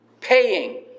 paying